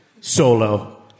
solo